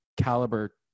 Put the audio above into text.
caliber